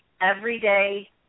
everyday